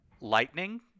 Lightning